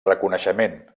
reconeixement